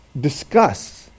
discuss